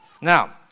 Now